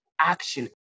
action